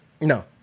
No